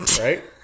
Right